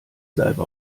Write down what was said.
salbe